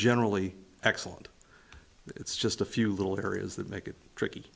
generally excellent it's just a few little areas that make it tricky